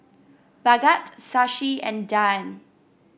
Bhagat Shashi and Dhyan